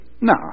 no